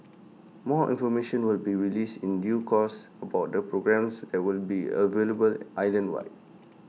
more information will be released in due course about the programmes that will be available island wide